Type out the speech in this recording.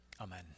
Amen